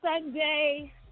Sunday